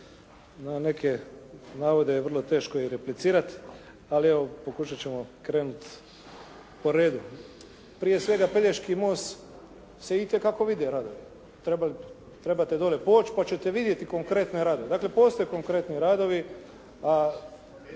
na neke navode je vrlo teško i replicirati ali evo pokušat ćemo krenuti po redu. Prije svega Pelješki most se itekako vide radovi. Trebate dole poći pa ćete vidjeti konkretne radove. Dakle postoje konkretni radovi, a